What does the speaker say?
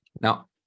now